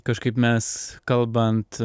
kažkaip mes kalbant